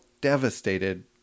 devastated